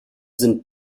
sind